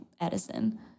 Edison